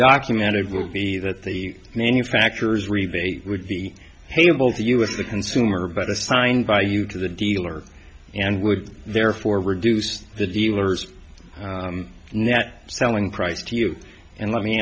documented would be that the manufacturers rebate with the hatable to us the consumer but assign value to the dealer and would therefore reduce the dealer's net selling price to you and let me